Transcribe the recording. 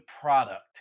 product